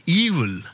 evil